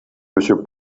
monsieur